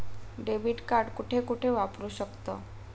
Debit card कुठे कुठे वापरू शकतव?